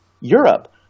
Europe